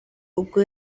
ubwo